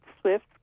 swift